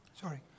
Sorry